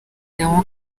léon